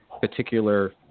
particular